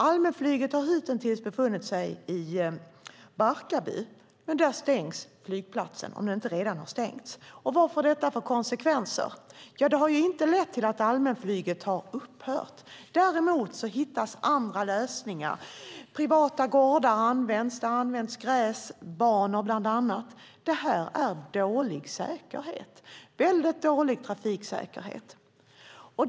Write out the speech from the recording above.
Allmänflyget har hitintills befunnit sig i Barkarby, men där stängs flygplatsen, om den inte redan har stängts. Och vad får detta för konsekvenser? Ja, det har inte lett till att allmänflyget har upphört. Däremot hittas andra lösningar. Privata gårdar används. Det har bland annat använts gräsbanor. Det här är väldigt dålig trafiksäkerhet.